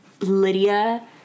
Lydia